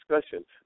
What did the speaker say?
discussions